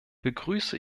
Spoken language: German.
begrüße